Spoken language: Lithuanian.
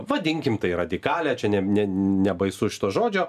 vadinkim tai radikalią čia ne nebaisu šito žodžio